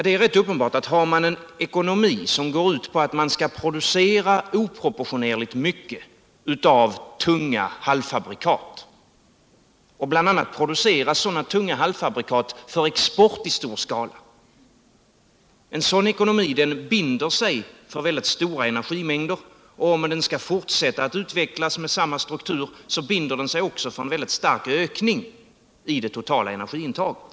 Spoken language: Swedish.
Det är rätt uppenbart att har man en ekonomi som går ut på att man skall producera oproportionerligt mycket av tunga halvfabrikat. och bl.a. produecra tunga halvfabrikat för export i stor skala. så har man en ekonomi som binder sig för stora energimängder. Om den skall fortsätta att utvocklas med samma struktur binder den sig också för en mycket stark ökning av det totala energiintaget.